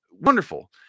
wonderful